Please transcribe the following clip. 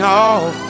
off